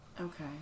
Okay